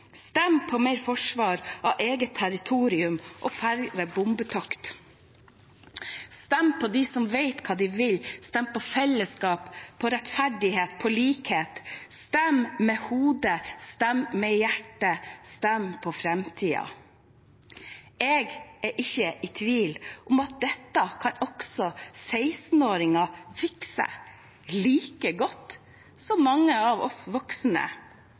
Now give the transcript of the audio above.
Stem på mer forsvar av eget territorium og færre bombetokt. Stem på dem som vet hva de vil. Stem på fellesskap, på rettferdighet, på likhet. Stem med hodet, stem med hjertet, stem på framtiden. Jeg er ikke i tvil om at dette kan også 16-åringer fikse like godt som mange av oss voksne.